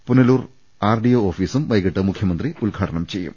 Punalur RDO ഓഫീസും വൈകീട്ട് മുഖ്യമന്ത്രി ഉദ്ഘാടനം ചെയ്യും